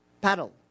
paddle